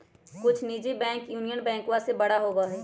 कुछ निजी bank union बैंकवा से बड़ा हई